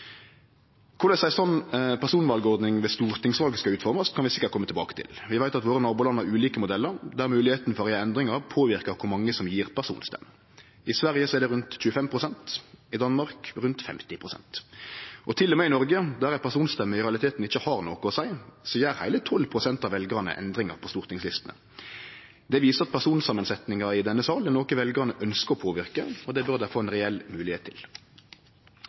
Korleis ei slik personvalordning ved stortingsval skal utformast, kan vi sikkert kome tilbake til. Vi veit at nabolanda våre har ulike modellar der høvet til å gjere endringar påverkar kor mange som gjev personstemme. I Sverige er det rundt 25 pst., i Danmark rundt 50 pst. Til og med i Noreg, der personstemmer i realiteten ikkje har noko å seie, gjer heile 12 pst. av veljarane endringar på stortingslistene. Det viser at personsamansetninga i denne sal er noko veljarane ønskjer å påverke, og det bør dei få ei reell moglegheit til.